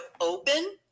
open